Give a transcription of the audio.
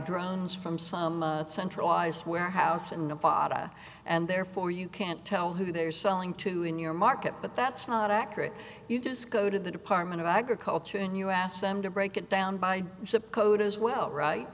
drones from some centralized warehouse in nevada and therefore you can't tell who they're selling to in your market but that's not accurate you disco to the department of agriculture and you ask them to break it down by zip code as well